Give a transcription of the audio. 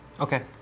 okay